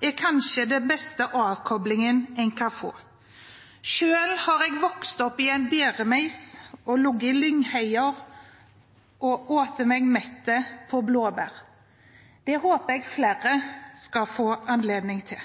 er kanskje den beste avkoblingen en kan få. Selv har jeg vokst opp i en bæremeis og ligget i lyngheia og spist meg mett på blåbær. Det håper jeg flere skal få anledning til.